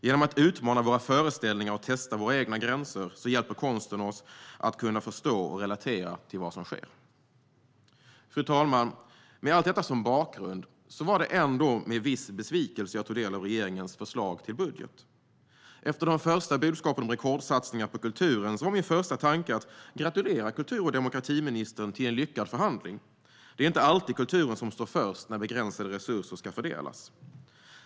Genom att utmana våra föreställningar och testa våra egna gränser hjälper konsten oss att kunna förstå och relatera till vad som sker. Fru talman! Med allt detta som bakgrund var det ändå med viss besvikelse jag tog del av regeringens förslag till budget. Efter de första budskapen om rekordsatsningar på kulturen var min första tanke att gratulera kultur och demokratiministern till en lyckad förhandling. Det är inte alltid kulturen som står först när begränsade resurser ska fördelas.